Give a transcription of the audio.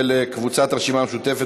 של קבוצות סיעות הרשימה המשותפת,